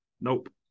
Nope